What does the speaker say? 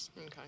Okay